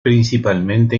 principalmente